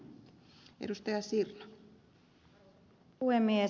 arvoisa puhemies